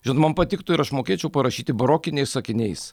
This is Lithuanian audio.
žinoma man patiktų ir aš mokėčiau parašyti barokiniais sakiniais